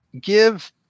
Give